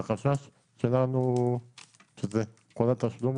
באמת, הגענו להבנות טובות ונכונות.